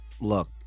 Look